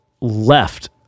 left